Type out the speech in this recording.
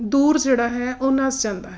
ਦੂਰ ਜਿਹੜਾ ਹੈ ਉਹ ਨੱਸ ਜਾਂਦਾ ਹੈ